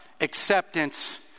acceptance